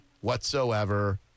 whatsoever